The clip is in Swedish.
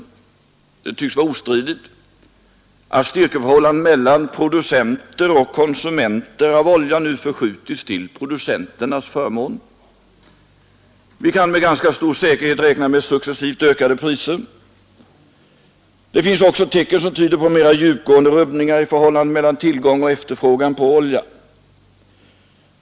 Ostridigt synes vara att styrkeförhållandet mellan producenter och konsumenter av olja nu förskjutits till producenternas förmån. Vi kan med ganska stor säkerhet räkna med successivt ökade priser. Det finns också tecken som tyder på mera djupgående rubbningar i förhållandet mellan tillgång och efterfrågan på olja.